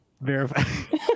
Verify